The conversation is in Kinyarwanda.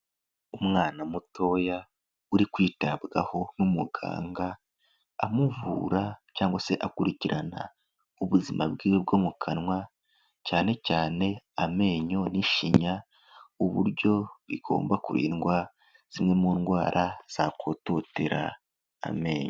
Umwana mutoya uri kwitabwaho n'umuganga, amuvura cyangwa se akurikirana ubuzima bw'iwe bwo mu kanwa, cyane cyane amenyo n'ishinya uburyo bigomba kurindwa zimwe mu ndwara zakototera amenyo.